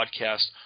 podcast